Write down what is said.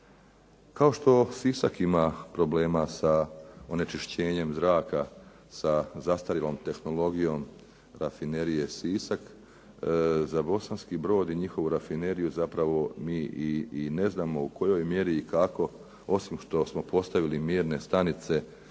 Kao što Sisak ima problema sa onečišćenjem zraka, sa zastarjelom tehnologijom Rafinerije Sisak, za Bosanski Brod i njihovu rafineriju mi i ne znamo u kojoj mjeri i kako osim što smo postavili mjerne stanice za